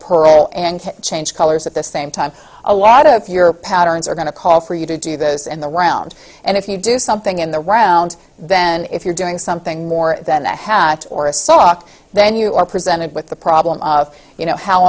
ll and change colors at the same time a lot of your patterns are going to call for you to do those in the round and if you do something in the round then if you're doing something more than the have or a saw then you are presented with the problem of you know how